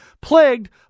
plagued